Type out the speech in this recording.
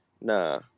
Nah